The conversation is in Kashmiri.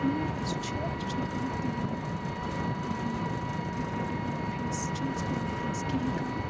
اَسہِ چھِ اَسہِ چھُنہٕ کانٛہہ تہِ یِم یِم ڈِفکَلٹی پیٚوان فیس چھِنہٕ اَسہِ پیٚوان ونٛکیٚنَس کِہیٖنۍ کَرُن